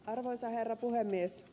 arvoisa herra puhemies